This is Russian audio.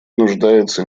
нуждается